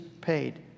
paid